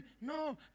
No